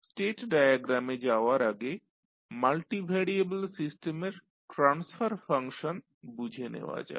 state ডায়াগ্রামে যাওয়ার আগে মাল্টি ভ্যারিয়েবল সিস্টেমের ট্রান্সফার ফাংশন বুঝে নেওয়া যাক